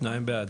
הצבעה בעד,